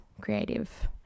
creative